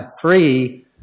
three